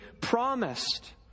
promised